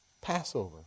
Passover